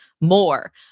more